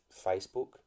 Facebook